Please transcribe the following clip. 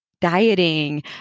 dieting